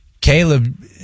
Caleb